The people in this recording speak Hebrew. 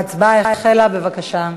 ההצבעה החלה, בבקשה.